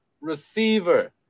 receiver